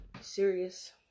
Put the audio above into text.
Serious